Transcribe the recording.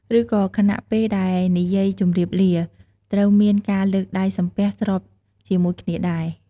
ឬក៏ខណៈ ពេលដែលនិយាយជម្រាបលា ត្រូវមានការលើកដៃសំពះស្របជាមួយគ្នាដែរ ។